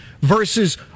versus